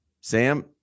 Sam